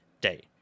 day